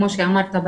כמו שאמרת,